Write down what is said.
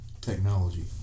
technology